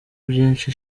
byinshi